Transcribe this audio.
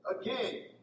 again